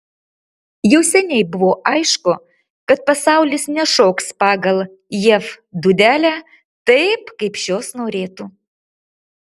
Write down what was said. jau seniai buvo aišku kad pasaulis nešoks pagal jav dūdelę taip kaip šios norėtų